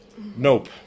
Nope